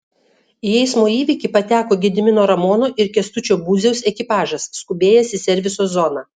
į eismo įvykį pateko gedimino ramono ir kęstučio būziaus ekipažas skubėjęs į serviso zoną